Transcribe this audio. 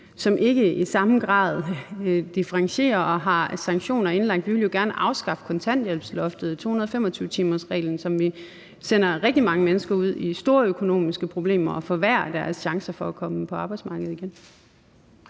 som ikke i samme grad differentierer og har indlagt sanktioner. Vi vil jo gerne afskaffe kontanthjælpsloftet og 225-timersreglen, som sender rigtig mange mennesker ud i store økonomiske problemer og forværrer deres chancer for at komme ind på arbejdsmarkedet igen.